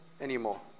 anymore